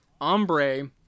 ombre